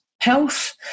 health